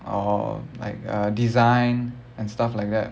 or like uh design and stuff like that